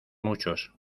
muchos